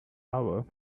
hour